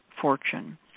fortune